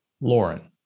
Lauren